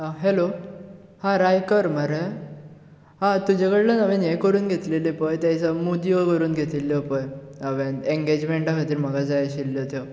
hello हां रायकर मरे हां तुजे कडल्यान हांवें हें करून घेतिल्ली पळय त्या दिसा मुदयो करून घेतिल्ल्यो पळय हांवें एंगेजमेंटा खातीर म्हाका जाय आशिल्लो त्यो